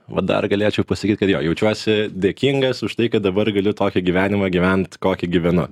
va dar galėčiau pasakyt kad jo jaučiuosi dėkingas už tai kad dabar galiu tokį gyvenimą gyvent kokį gyvenu